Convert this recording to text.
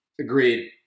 Agreed